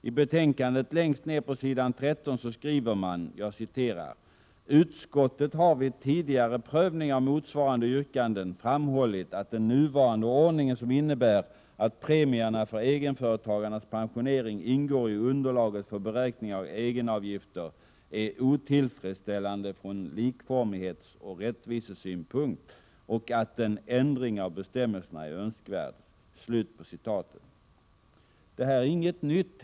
I betänkandet längst ned på s. 13 står det: ”Utskottet har vid tidigare prövning av motsvarande yrkanden framhållit att den nuvarande ordningen, som innebär att premierna för egenföretagarnas pensionering ingår i underlaget för beräkning av egenavgifter, är otillfredsställande från likformighetsoch rättvisesynpunkt och att en ändring av bestämmelserna är önskvärd.” Det utskottet säger är inget nytt.